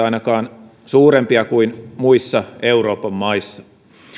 ainakaan suurempia kuin muissa euroopan maissa